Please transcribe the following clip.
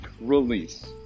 release